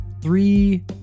three